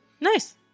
Nice